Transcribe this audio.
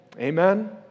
Amen